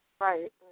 Right